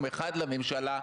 לא יהיו לימודי ליב"ה,